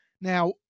now